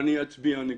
ואני אצביע נגדה.